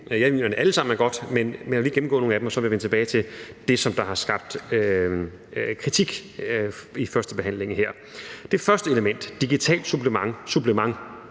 at de alle sammen er gode, men jeg vil lige gennemgå nogle af dem, og så vil jeg vende tilbage til det, som der har skabt kritik i førstebehandlingen her. Det første element, digitalt supplement til